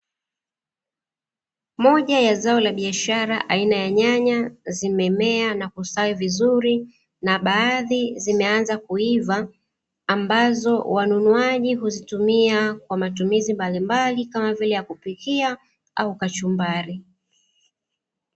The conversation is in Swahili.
Moja ya zao la biashara aina ya nyanya, zimemea na kustawi vizuri, na baadhi zimeanza kuiva, ambazo wanunuaji huzitumia kwa matumizi mbalimbali, kama vile ya kupikia au kachumbari.